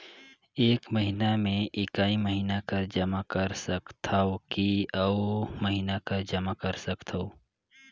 एक महीना मे एकई महीना कर जमा कर सकथव कि अउ महीना कर जमा कर सकथव?